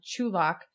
Chulak